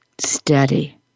steady